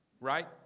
right